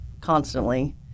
constantly